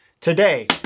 today